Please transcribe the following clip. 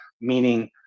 meaning